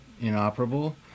inoperable